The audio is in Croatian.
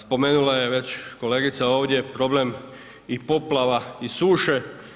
Spomenula je već kolegica ovdje problem i poplava i suše.